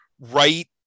right